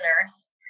nurse